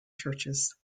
churches